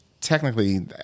technically